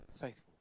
faithful